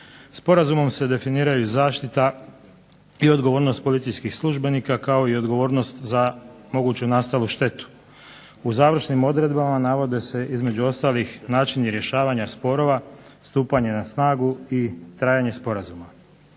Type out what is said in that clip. Sporazumom se definiraju zaštita i odgovornost policijskih službenika, kao i odgovornost za moguću nastalu štetu. U završnim odredbama navode se, između ostalih, načini rješavanja sporova, stupanje na snagu i trajanje sporazuma.